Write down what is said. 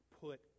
put